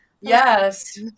Yes